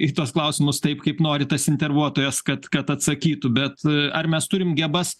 į tuos klausimus taip kaip nori tas intervuotojas kad kad atsakytų bet ar mes turime gebas